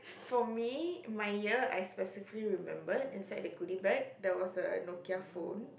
for me my year I specifically remembered inside the goodie bag there was a Nokia phone